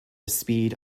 speed